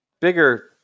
Bigger